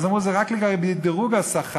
אז אמרו: זה רק לגבי דירוג השכר.